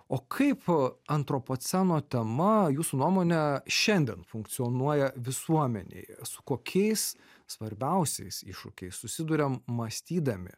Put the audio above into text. o kaip antropoceno tema jūsų nuomone šiandien funkcionuoja visuomenėj su kokiais svarbiausiais iššūkiais susiduriam mąstydami